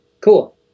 cool